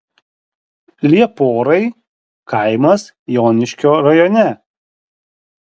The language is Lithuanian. lieporai kaimas joniškio rajone